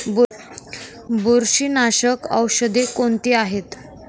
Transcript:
बुरशीनाशक औषधे कोणती आहेत?